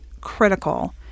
critical